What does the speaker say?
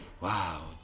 Wow